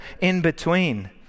in-between